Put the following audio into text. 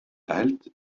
halte